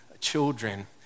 children